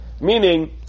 Meaning